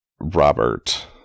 Robert